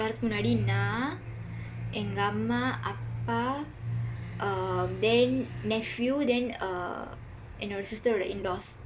முன்னாடி நான் எங்க அம்மா அப்பா:munnaadi naan engka ammaa appaa um then nephew then uh என்னோட:ennooda sisteroda in laws